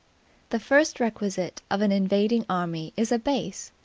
the first requisite of an invading army is a base.